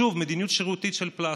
שוב מדיניות שרירותית של פלסטר: